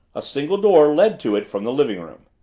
a single door led to it from the living-room.